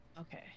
Okay